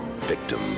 victim